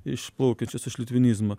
išplaukiančius iš litvinizmo